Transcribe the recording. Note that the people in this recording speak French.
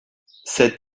cet